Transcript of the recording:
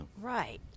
Right